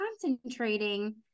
concentrating